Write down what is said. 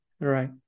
Right